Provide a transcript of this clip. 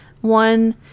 one